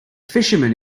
fisherman